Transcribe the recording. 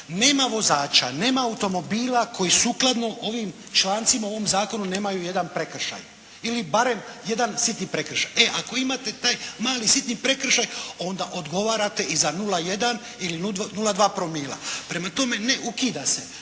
nema vozača, nema automobila koji sukladno ovim člancima u ovom zakonu nemaju jedan prekršaj ili barem jedan sitni prekršaj. E ako imate taj mali sitni prekršaj, onda odgovarate i za 0,1 ili 0,2 promila, prema tome ne ukida se